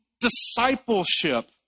discipleship